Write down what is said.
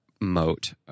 moat